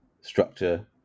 structure